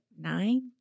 nine